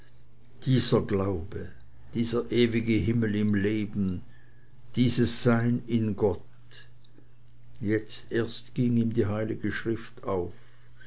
dieser glaube dieser ewige himmel im leben dieses sein in gott jetzt erst ging ihm die heilige schrift auf